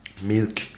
milk